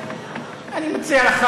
אני רוצה לומר לך,